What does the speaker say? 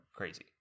crazy